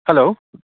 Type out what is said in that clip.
hello